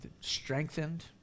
strengthened